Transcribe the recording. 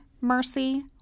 mercy